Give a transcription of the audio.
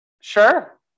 Sure